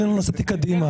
אני לא נסעתי קדימה.